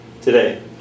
Today